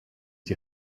die